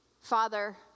Father